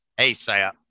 ASAP